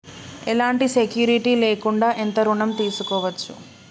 ఎలాంటి సెక్యూరిటీ లేకుండా ఎంత ఋణం తీసుకోవచ్చు?